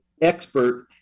expert